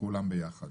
כולם ביחד.